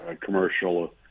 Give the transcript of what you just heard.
commercial